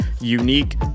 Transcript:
unique